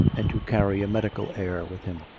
and to carry a medical air with him.